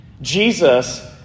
Jesus